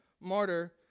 martyr